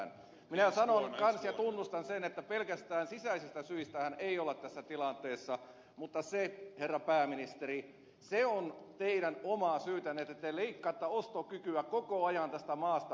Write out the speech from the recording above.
minä sanon kanssa ja tunnustan sen että pelkästään sisäisistä syistähän ei olla tässä tilanteessa mutta se herra pääministeri on teidän omaa syytänne että te leikkaatte ostokykyä koko ajan tästä maasta pois